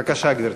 בבקשה, גברתי.